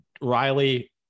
Riley